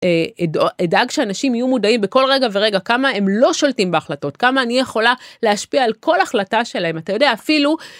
דאג שאנשים יהיו מודעים בכל רגע ורגע כמה הם לא שולטים בהחלטות כמה אני יכולה להשפיע על כל החלטה שלהם אתה יודע אפילו.